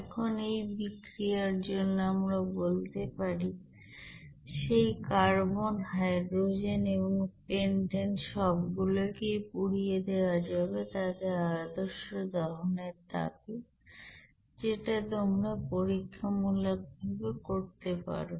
এখন এই বিক্রিয়ার জন্য আমরা বলতে পারি সেই কার্বন হাইড্রোজেন এবং পেন্টেন সবগুলোকেই পুড়িয়ে দেওয়া যাবে তাদের আদর্শ দহনের তাপে যেটা তোমরা পরীক্ষামূলক ভাবে করতে পারো